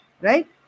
Right